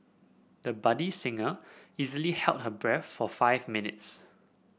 the budding singer easily held her breath for five minutes